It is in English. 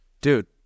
dude